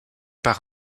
par